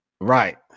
Right